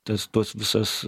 tas tuos visas